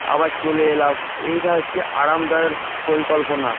আবার চলে এলাম এইটা হচ্ছে আরামদায়ক পরিকল্পনা